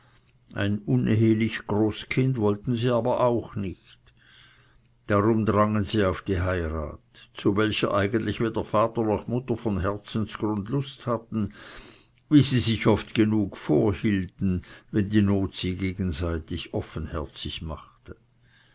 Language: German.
ein unehelich großkind wollten sie aber auch nicht darum drangen sie auf die heirat zu welcher eigentlich weder vater noch mutter von herzensgrund lust hatten wie sie sich oft genug vorhielten wenn die not sie gegenseitig offenherzig machte